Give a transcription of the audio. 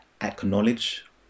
acknowledge